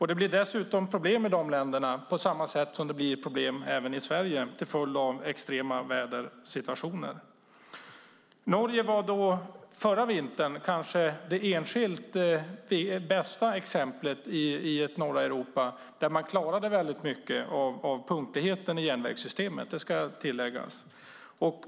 Det blir dessutom problem i dessa länder på samma sätt som det blir problem i Sverige till följd av extrema vädersituationer. Norge var förra vintern kanske det enskilt bästa exemplet i ett norra Europa där man klarade mycket av punktligheten i järnvägssystemet; det ska tilläggas.